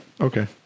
Okay